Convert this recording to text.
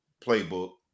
playbook